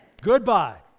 Goodbye